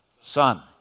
Son